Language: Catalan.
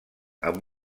amb